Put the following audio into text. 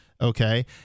Okay